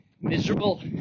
miserable